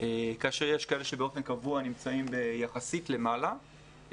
כאשר יש כאלה שבאופן קבוע נמצאים יחסית למעלה,